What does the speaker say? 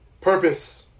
purpose